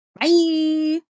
Bye